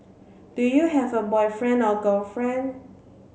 do you have a boyfriend or girlfriend